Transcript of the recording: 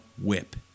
Whip